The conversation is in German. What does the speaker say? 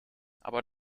aber